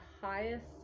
highest